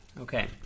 Okay